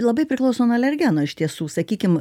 labai priklauso nuo alergeno iš tiesų sakykim